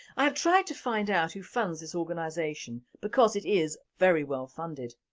i have tried to find out who funds this organisation because it is very well funded.